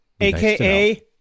AKA